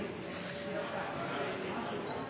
tak